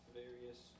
various